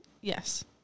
Yes